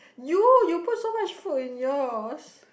you you put so much food in yours